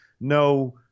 no